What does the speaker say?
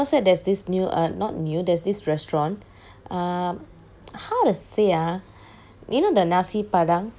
somerset there's this new err not new there's this restaurant how to say ah you know the nasi padang